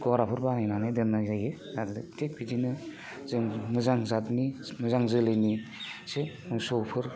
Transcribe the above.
गग्राफोर बानायनानै दोननाय जायो थिग बिदिनो जों मोजां जादनि मोजां जोलैनि मोसौफोर